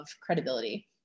credibility